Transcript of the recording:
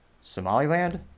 Somaliland